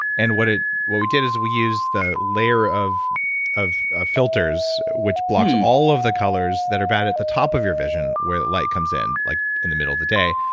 and what ah what we did is, we used the layer of of ah filters which blocks all of the colors that are bad at the top of your vision where the light comes in like in the middle of the day.